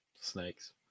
Snakes